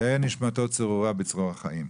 תודה, תהא נשמתו צרורה בצרור החיים.